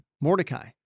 Mordecai